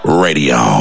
Radio